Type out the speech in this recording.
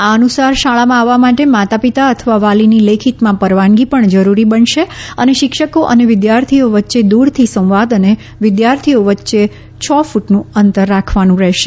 આ અનુસાર શાળામાં આવવા માટે માતા પિતા અથવા વાલીની લેખિતમાં પરવાનગી પણ જરૂરી બનશે અને શિક્ષકો અને વિદ્યાર્થીઓ વચ્ચે દૂરથી સંવાદ અને વિદ્યાર્થીઓ વચ્ચે છ ક્રટનું અંતર રાખવાનું રહેશે